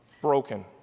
broken